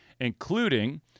including